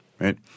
right